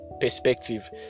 perspective